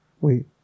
wait